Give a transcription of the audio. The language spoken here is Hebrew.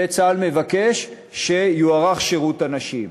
וצה"ל מבקש שיוארך שירות הנשים.